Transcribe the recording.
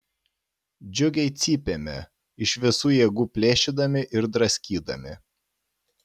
džiugiai cypėme iš visų jėgų plėšydami ir draskydami